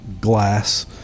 glass